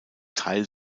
teil